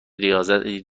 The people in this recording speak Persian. رضایت